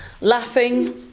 laughing